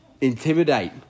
intimidate